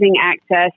access